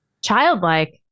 Childlike